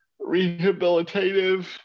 rehabilitative